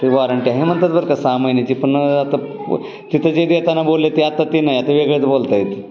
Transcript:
warranty आहे म्हणतात बरं का सहा महिन्याची पण आता तिथं जे देताना बोलले ते आता ते नाही आता वेगळेच बोलत आहेत